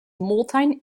multajn